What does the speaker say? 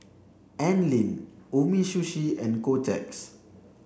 Anlene Umisushi and Kotex